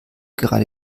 gerade